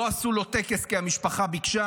לא עשו לו טקס כי המשפחה ביקשה,